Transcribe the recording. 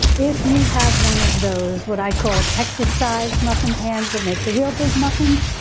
if you have one of those, what i call texas size muffin pans that make the real big muffins,